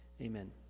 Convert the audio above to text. Amen